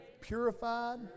purified